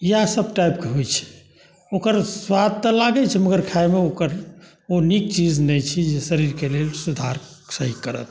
इएहसभ टाइपके होइत छै ओकर स्वाद तऽ लागैत छै मगर खायमे ओकर ओ नीक चीज नहि छी जे शरीरकेँ सुधार सही करत